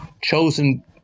chosen